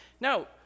No